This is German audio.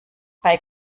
bei